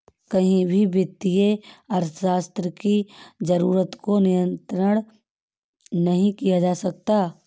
कहीं भी वित्तीय अर्थशास्त्र की जरूरत को नगण्य नहीं किया जा सकता है